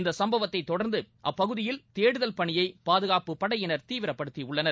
இந்த சம்பவத்தை தொடர்ந்து அப்பகுதியில் தேடுதல் பணியை பாதுகாப்ப படையினர் தீவிரப்படுத்தியுள்ளனர்